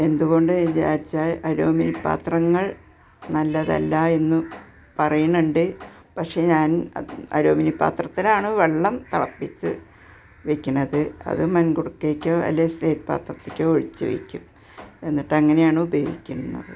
എന്തുകൊണ്ട് വിചാരിച്ചാൽ അലൂമിനി പാത്രങ്ങൾ നല്ലതല്ല എന്ന് പറയുന്നുണ്ട് പഷേ ഞാൻ അലൂമനിപ്പാത്രത്തിലാണ് വെള്ളം തിളപ്പിച്ച് വയ്ക്കുന്നത് അത് മൺകുടുക്കയിലേക്കോ അല്ലേ സ്റ്റീൽ പാത്രത്തിലോ ഒഴിച്ച് വയ്ക്കും എന്നിട്ട് അങ്ങനെയാണ് ഉപയോഗിക്കുന്നത്